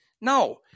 no